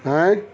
ଆଏଁ